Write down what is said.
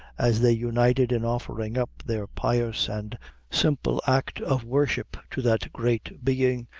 as they united in offering up their pious and simple act of worship to that great being,